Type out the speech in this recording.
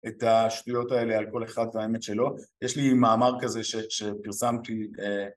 את השטויות האלה על כל אחד והאמת שלו, יש לי מאמר כזה שפרסמתי